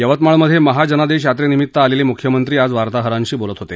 यवतमाळ मध्ये महाजनादेश यात्रेनिमित आलेले मुख्यमंत्री आज वार्ताहरांशी बोलत होते